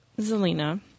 Zelina